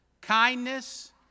kindness